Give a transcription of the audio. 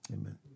Amen